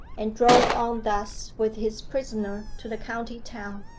and drove on thus with his prisoner to the county-town.